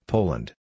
Poland